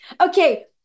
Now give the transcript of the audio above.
Okay